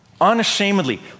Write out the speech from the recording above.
Unashamedly